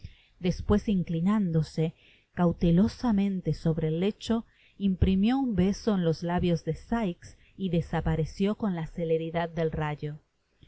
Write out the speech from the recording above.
despues inclinándose cautelosamente sobre el lecho imprimió un beso en los labios de sikes y desapareció con la celeridad del rayo al